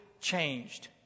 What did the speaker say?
changed